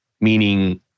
meaning